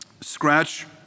scratch